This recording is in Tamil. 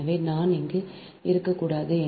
எனவே நான் அங்கு இருக்கக்கூடாது